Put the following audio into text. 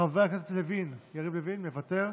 חבר הכנסת יריב לוין מוותר,